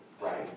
right